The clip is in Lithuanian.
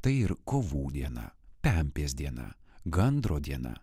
tai ir kovų diena pempės diena gandro diena